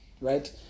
right